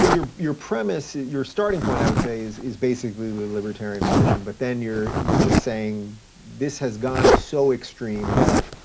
ah your your premise, your starting point i would say is is basically the libertarian position, but then you're just saying this has gone so extreme that.